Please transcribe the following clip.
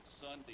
Sunday